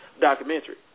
documentary